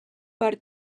per